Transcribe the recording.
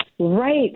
Right